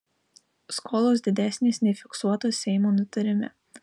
skolos didesnės nei fiksuotos seimo nutarime